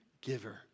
giver